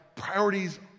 Priorities